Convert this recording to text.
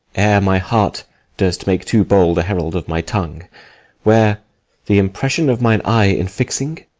ere my heart durst make too bold herald of my tongue where the impression of mine eye infixing,